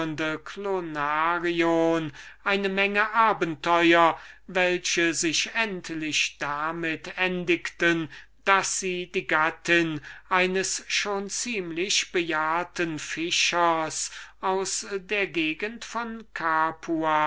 eine menge abenteuer welche sich endlich damit endigten daß sie die gattin eines schon ziemlich bejahrten fischers aus der gegend von